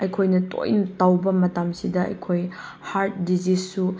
ꯑꯩꯈꯣꯏꯅ ꯇꯣꯏ ꯇꯧꯕ ꯃꯇꯝꯁꯤꯗ ꯑꯩꯈꯣꯏ ꯍꯥꯔꯠ ꯗꯤꯖꯤꯁꯁꯨ